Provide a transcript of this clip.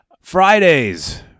Fridays